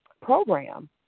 program